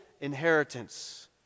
inheritance